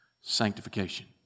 sanctification